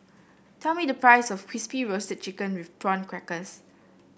tell me the price of crispy roast chicken with Prawn Crackers